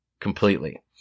completely